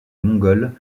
mongoles